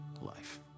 life